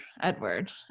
Edward